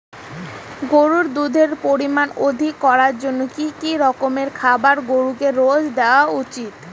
গরুর দুধের পরিমান অধিক করার জন্য কি কি রকমের খাবার গরুকে রোজ দেওয়া উচিৎ?